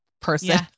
person